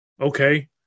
Okay